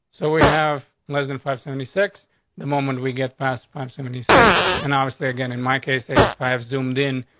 so we have less than five seventy six the moment we get past five seventy six and obviously again, in my case, eighty five zoomed in.